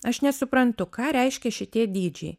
aš nesuprantu ką reiškia šitie dydžiai